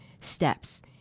steps